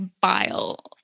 bile